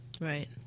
Right